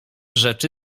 rzeczy